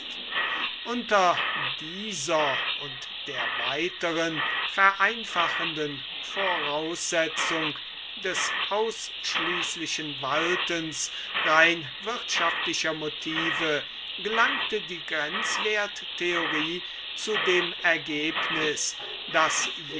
unter dieser und der weiteren vereinfachenden voraussetzung des ausschließlichen waltens rein wirtschaftlicher motive gelangte die grenzwerttheorie zu dem ergebnis daß